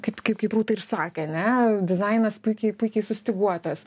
kaip kaip kaip rūta ir sakė ane dizainas puikiai puikiai sustyguotas